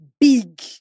big